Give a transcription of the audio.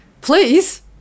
please